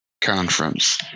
conference